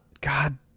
God